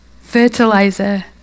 fertilizer